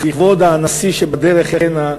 לכבוד הנשיא שבדרך הנה,